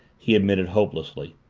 he admitted hopelessly.